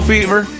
Fever